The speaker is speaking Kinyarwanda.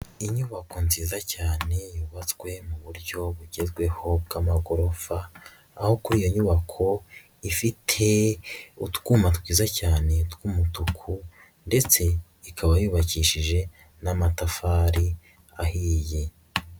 Inyubako nziza cyane yubatswe mu buryo bugezweho bw'amagorofa, aho kuri iyo nyubako ifite utwuma twiza cyane tw'umutuku ndetse ikaba yubakishije n'amatafari ahiyi.